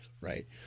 right